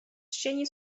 sieni